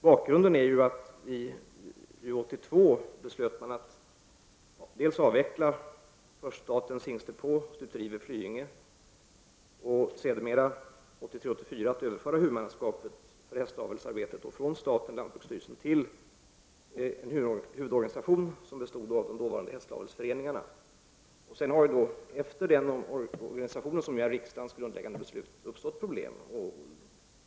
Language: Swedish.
Bakgrunden är ju att man 1982 beslöt avveckla statens hingstdepå och stuteri vid Flyinge och 1983/1984 beslöt överföra huvudmannaskapet för hästavelsarbetet från staten genom lantbruksstyrelsen till en huvudorganisation som bestod av de dåvarande hästavelsföreningarna. Efter den omorganisationen har det uppstått problem.